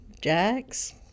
Jack's